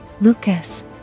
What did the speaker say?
Lucas